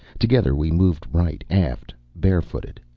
together we moved right aft, barefooted,